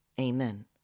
Amen